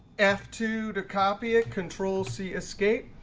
f two to copy it control c, escape.